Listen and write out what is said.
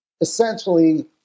essentially